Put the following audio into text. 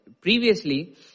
Previously